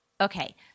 Okay